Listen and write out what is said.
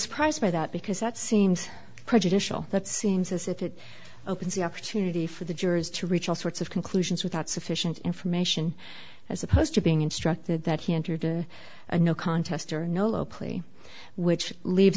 surprised by that because that seems prejudicial that seems as if it opens the opportunity for the jurors to reach all sorts of conclusions without sufficient information as opposed to being instructed that he entered in a no contest or nolo plea which leaves